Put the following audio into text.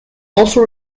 also